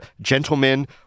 gentlemen